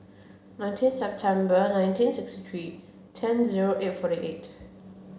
nineteen September nineteen sixty three ten zero eight forty eight